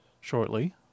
shortly